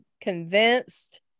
convinced